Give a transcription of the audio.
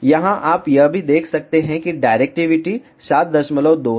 यहां आप यह भी देख सकते हैं कि डायरेक्टिविटी 72 है